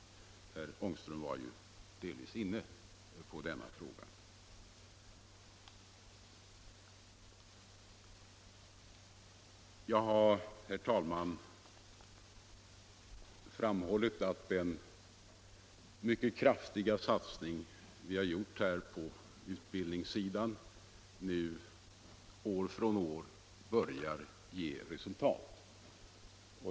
Herr Ångström var ju delvis inne på den frågan. Jag har, herr talman, framhållit att den kraftiga satsning som vi har gjort på utbildningssidan år från år börjar ge resultat.